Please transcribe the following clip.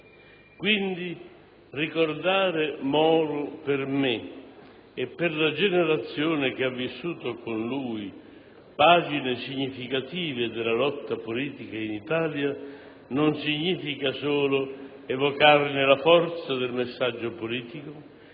Quindi, ricordare Moro per me e per la generazione che ha vissuto con lui pagine significative della lotta politica in Italia non significa solo evocarne la forza del messaggio politico